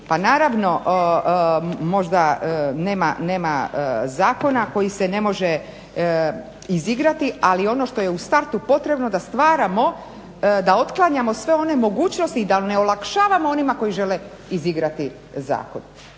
Pa naravno možda nema zakona koji se ne može izigrati, ali ono što je u startu potrebno da stvaramo, da otklanjamo sve one mogućnosti i da ne olakšavamo onima koji žele izigrati zakon.